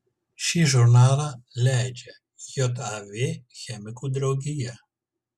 šį žurnalą leidžia jav chemikų draugija